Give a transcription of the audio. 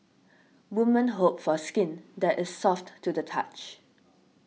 woman hope for skin that is soft to the touch